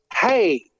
Hey